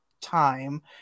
time